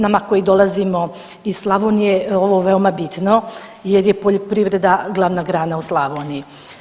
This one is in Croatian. Nama koji dolazimo iz Slavonije ovo je veoma bitno, jer je poljoprivreda glavna grana u Slavoniji.